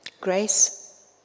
Grace